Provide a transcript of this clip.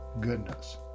goodness